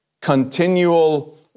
continual